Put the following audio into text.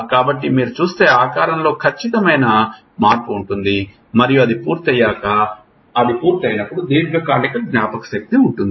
కాబట్టి మీరు చూస్తే ఆకారంలో ఖచ్చితమైన మార్పు ఉంటుంది మరియు అది పూర్తయ్యాక అది పూర్తయినప్పుడు దీర్ఘకాలిక జ్ఞాపకశక్తి ఉంటుంది